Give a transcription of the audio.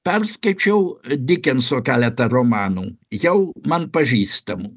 perskaičiau dikenso keletą romanų jau man pažįstamų